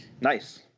Nice